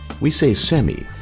we say semi,